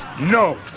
No